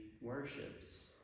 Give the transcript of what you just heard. worships